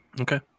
Okay